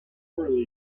poorly